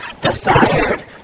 desired